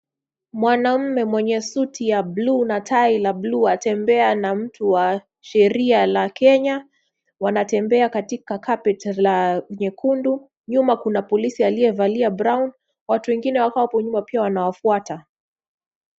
Mwanamume mwenye suti la buluu na tai la buluu anatembea na mtu wa sheria la Kenya, Wanatembea katika carpet la nyekundu, nyuma kuna polisi aliyevalia brown . Watu wengine wako hapo nyuma pia wanawafuata.